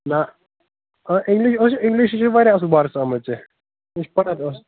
نا ٲں اِنٛگلِش ٲس اِنٛگلِشس چھِی واریاہ اصٕل مارکٕس آمٕتۍ ژےٚ اَمِچ پتاہ تہِ ٲس